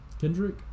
Kendrick